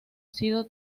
sido